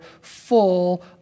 full